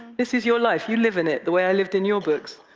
this is your life. you live in it, the way i lived in your books,